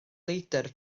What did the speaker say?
leidr